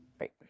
Right